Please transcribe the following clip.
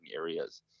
areas